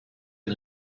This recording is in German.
ein